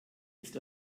ist